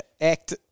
Act